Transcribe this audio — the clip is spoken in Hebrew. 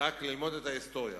רק ללמוד את ההיסטוריה.